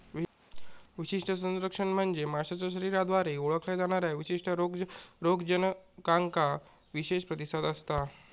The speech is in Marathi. विशिष्ट संरक्षण म्हणजे माशाच्या शरीराद्वारे ओळखल्या जाणाऱ्या विशिष्ट रोगजनकांका विशेष प्रतिसाद असता